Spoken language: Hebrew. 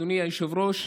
אדוני היושב-ראש,